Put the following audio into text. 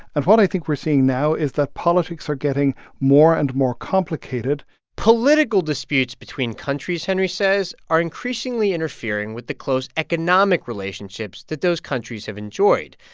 and what i think we're seeing now is that politics are getting more and more complicated political disputes between countries, henry says, are increasingly interfering with the close economic relationships that those countries have enjoyed.